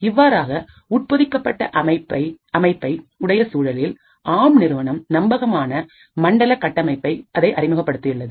இவ்வாறான உட்பொதிக்கப்பட்ட அமைப்பை உடைய சூழலில் ஆம் நிறுவனம் நம்பகமான மண்டல கட்டமைப்பு அதை அறிமுகப்படுத்தியுள்ளது